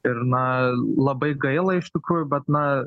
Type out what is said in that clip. ir na labai gaila iš tikrųjų bet na